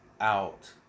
out